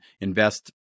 invest